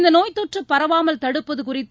இந்த நோய் தொற்று பரவாமல் தடுப்பது குறித்து